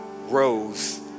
rose